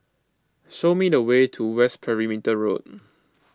show me the way to West Perimeter Road